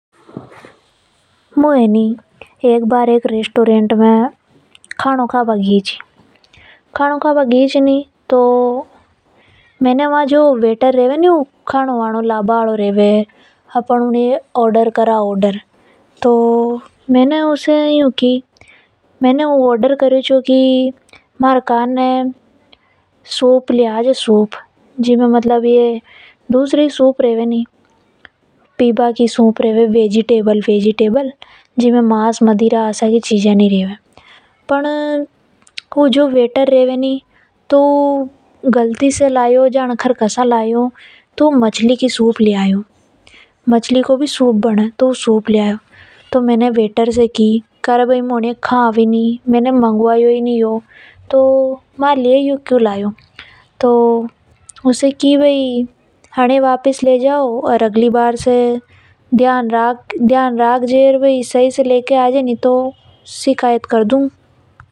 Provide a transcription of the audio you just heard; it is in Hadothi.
मु एनी एक बार एक रेस्टोरेंट में खानो खा भा गई थी। मैने वहां जो वेटर रेवे नि जिसे अपन खानो ऑर्डर करा, मैने वेटर ए सूप ऑर्डर करी चि की मारे लिए सूप ले आना वे भी वेजिटेबल वाली जिम मांस मदिरा नि रेवे। पन उ वेटर मारे लिए दूसरी सूप ले आयो जिम मांस मदिरा नि थी। मैने वेटर से कही की अगली बार से सही से लेकर आ जे नि तो शिकायत कर दूंगी।